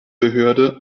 behörde